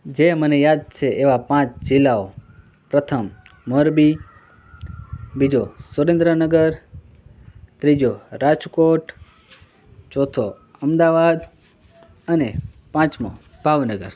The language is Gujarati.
જે મને યાદ છે એવા પાંચ જિલ્લાઓ પ્રથમ મોરબી બીજો સુરેન્દ્રનગર ત્રીજો રાજકોટ ચોથો અમદાવાદ અને પાંચમો ભાવનગર